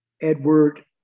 Edward